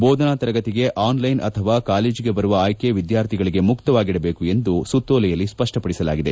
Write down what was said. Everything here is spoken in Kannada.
ಬೋಧನಾ ತರಗತಿಗೆ ಆನ್ಲೈನ್ ಅಥವಾ ಕಾಲೇಜಿಗೆ ಬರುವ ಆಯ್ಕೆ ವಿದ್ಯಾರ್ಥಿಗಳಿಗೆ ಮುಕ್ತವಾಗಿಡಬೇಕು ಎಂದು ಸುತ್ತೋಲೆಯಲ್ಲಿ ಸ್ಪಷ್ವಪಡಿಸಲಾಗಿದೆ